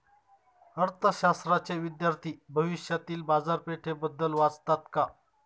अर्थशास्त्राचे विद्यार्थी भविष्यातील बाजारपेठेबद्दल वाचतात का?